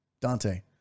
Dante